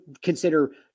consider